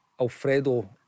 Alfredo